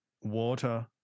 water